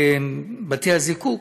בתי הזיקוק.